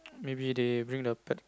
maybe they bring the pet